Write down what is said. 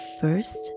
first